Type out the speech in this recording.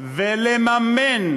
ולממן